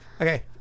Okay